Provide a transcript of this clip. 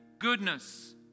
goodness